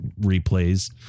replays